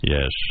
Yes